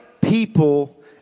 people